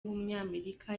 w’umunyamerika